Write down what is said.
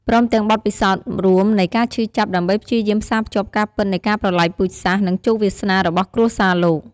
ព្រមទាំងបទពិសោធន៍រួមនៃការឈឺចាប់ ដើម្បីព្យាយាមផ្សារភ្ជាប់ការពិតនៃការប្រល័យពូជសាសន៍ និងជោគវាសនារបស់គ្រួសារលោក។